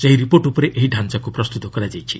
ସେହି ରିପୋର୍ଟ ଉପରେ ଏହି ଡ଼ାଞ୍ଚାକୁ ପ୍ରସ୍ତୁତ କରାଯାଇଛି